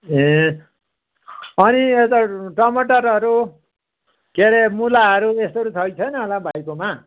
ए अनि यता टमाटरहरू के अरे मुलाहरू यस्तोहरू छ कि छैन होला भाइकोमा